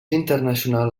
internacional